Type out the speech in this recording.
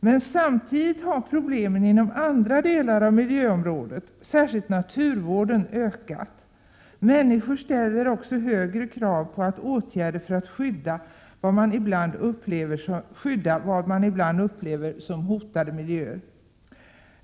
Men samtidigt har problemen inom andra delar av miljöområdet, särskilt naturvården, ökat. Människor ställer också högre krav på åtgärder för att skydda vad man ibland upplever som hotade miljöer.